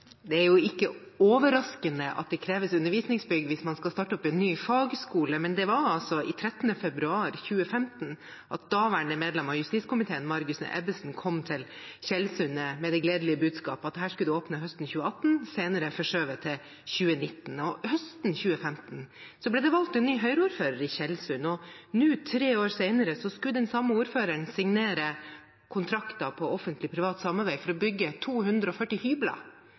Det er ikke overraskende at det kreves undervisningsbygg hvis man skal starte opp en ny fagskole. Men det var altså 13. februar 2015 at daværende medlem av justiskomiteen, Margunn Ebbesen, kom til Tjeldsund med det gledelige budskap at det skulle åpne høsten 2018, senere forskjøvet til 2019. Høsten 2015 ble det valgt en ny Høyre-ordfører i Tjeldsund, og nå tre år senere skulle den samme ordføreren signere kontrakter om offentlig-privat samarbeid for å bygge 240 hybler,